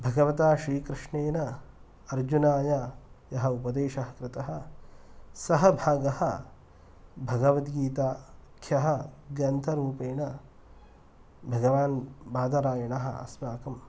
भगवता श्रीकृष्णेन अर्जुनाय यः उपदेशः कृतः सः भागः भगवद्गीताख्यः ग्रन्थरूपेण भगवान् बादरायणः अस्माकं